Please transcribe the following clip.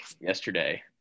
yesterday